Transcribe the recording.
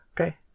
Okay